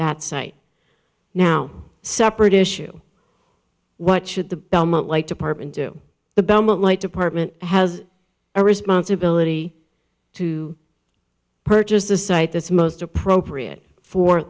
that site now separate issue what should the belmont like department do the belmont light department has a responsibility to purchase the site this most appropriate for